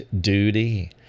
duty